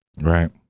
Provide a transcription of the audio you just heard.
Right